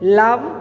love